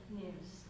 news